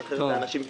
לשחרר את האנשים.